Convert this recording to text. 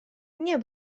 nie